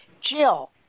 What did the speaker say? Jill